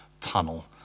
tunnel